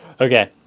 Okay